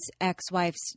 ex-wife's